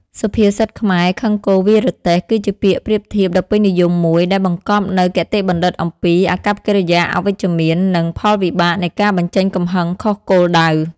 សុភាសិតខ្មែរ «ខឹងគោ វាយរទេះ» គឺជាពាក្យប្រៀបធៀបដ៏ពេញនិយមមួយ ដែលបង្កប់នូវគតិបណ្ឌិតអំពី អាកប្បកិរិយាអវិជ្ជមាន និង ផលវិបាកនៃការបញ្ចេញកំហឹងខុសគោលដៅ។